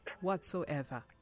Whatsoever